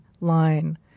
line